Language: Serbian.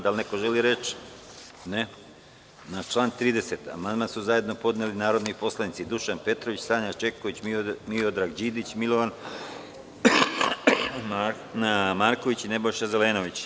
Da li neko želi reč? (Ne.) Na član 30. amandman su zajednopodneli narodni poslanici Dušan Petrović, Sanja Čeković, Miodrag Đidić, Milovan Marković i Nebojša Zelenović.